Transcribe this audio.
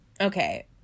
okay